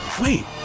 wait